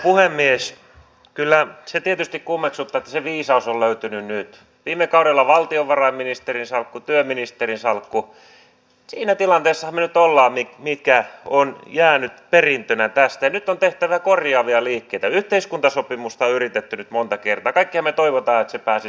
tämä nuorille suunnattu sanssi kortti on ollut juuri tällainen työllistämisseteli eli juuri tällainen vaikuttava työllistämistukimuoto mutta ensi vuonna hallitus on nyt on tehtävä korjaavia liikkeitä yhteiskuntasopimusta yritetty lopettamassa tämän sanssi kortin rahoituksen kokonaan